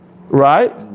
right